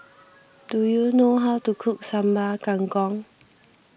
do you know how to cook Sambal Kangkong